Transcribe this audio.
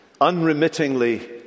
unremittingly